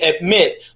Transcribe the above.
admit